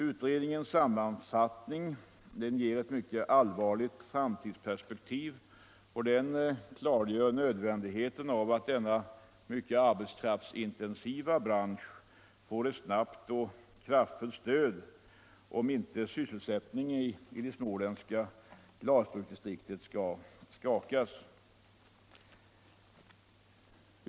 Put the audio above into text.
Utredningens sammanfattning ger ett mycket allvarligt framtidsperspektiv och klargör nödvändigheten av att denna mycket arbetskraftsintensiva bransch får ett snabbt och kraftfullt stöd, om inte sysselsättningen i det småländska glasbruksdistriktet skall skakas.